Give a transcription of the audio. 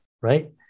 right